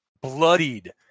bloodied